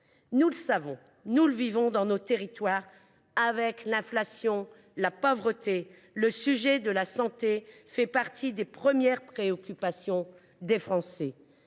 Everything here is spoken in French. Nous le savons et nous le vivons dans nos territoires, avec l’inflation et la pauvreté, le sujet de la santé fait partie des premières préoccupations des Français.